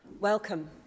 welcome